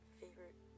favorite